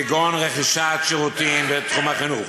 כגון רכישת שירותים בתחום החינוך,